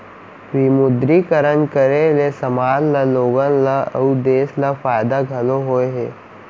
विमुद्रीकरन करे ले समाज ल लोगन ल अउ देस ल फायदा घलौ होय हे